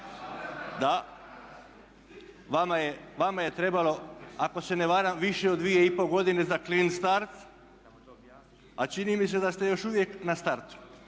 Da, vama je trebalo ako se ne varam više od dvije i pol godine za clean start, a čini mi se da ste još uvijek na startu,